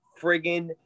friggin